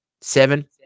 seven